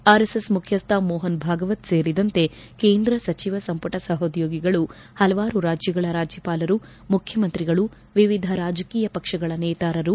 RSS ಮುಖ್ಯಸ್ತ ಮೋಹನ್ ಭಾಗವತ್ ಸೇರಿದಂತೆ ಕೇಂದ್ರ ಸಚಿವ ಸಂಪುಟ ಸಹೋದ್ಲೋಗಿಗಳು ಪಲವಾರು ರಾಜ್ಯಗಳ ರಾಜ್ಯಪಾಲರು ಮುಖ್ಯಮಂತ್ರಿಗಳು ವಿವಿಧ ರಾಜಕೀಯ ಪಕ್ಷಗಳ ನೇತಾರರು